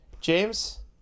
James